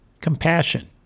compassion